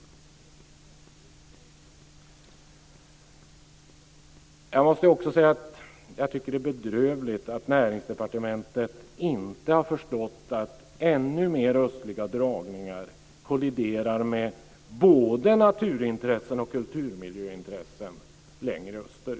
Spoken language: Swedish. Jag måste också säga att jag tycker att det är bedrövligt att Näringsdepartementet inte har förstått att ännu mer östliga dragningar kolliderar med både naturintressen och kulturmiljöintressen längre österut.